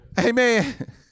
Amen